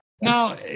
Now